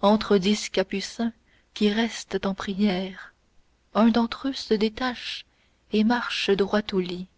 entrent dix capucins qui restent en prière un d'entre eux se détache et marche droit au lit